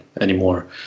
anymore